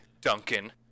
Duncan